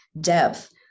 depth